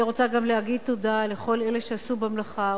אני רוצה גם להגיד תודה לכל אלה שעשו במלאכה,